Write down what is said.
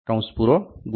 01 1